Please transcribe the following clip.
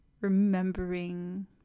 remembering